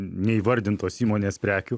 neįvardintos įmonės prekių